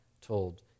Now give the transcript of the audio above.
told